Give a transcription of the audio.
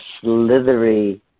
slithery